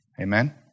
Amen